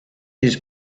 his